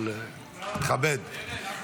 אבל תכבד.